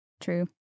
true